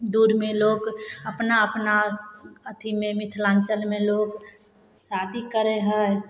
दूरमे लोक अपना अपना अथीमे मिथलाञ्चलमे लोक शादी करै हइ